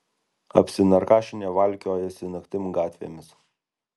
apsinarkašinę valkiojasi naktim gatvėmis